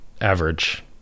average